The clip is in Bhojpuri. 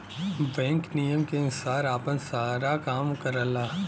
बैंक नियम के अनुसार आपन सारा काम करला